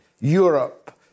Europe